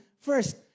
first